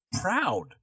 proud